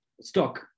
stock